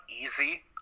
easy